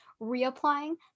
reapplying